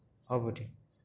হ'ব দে